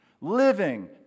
Living